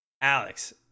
Alex